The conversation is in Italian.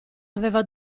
aveva